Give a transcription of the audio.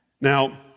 Now